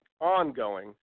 ongoing